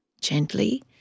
Gently